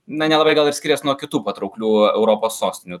na nelabai gal ir skirias nuo kitų patrauklių europos sostinių